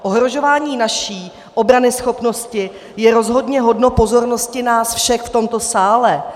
Ohrožování naší obranyschopnosti je rozhodně hodno pozornosti nás všech v tomto sále.